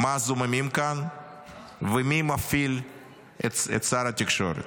מה זוממים כאן ומי מפעיל את שר התקשורת.